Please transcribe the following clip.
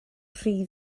rhy